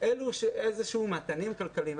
איזה שהם מתנים כלכליים.